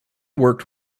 worked